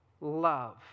love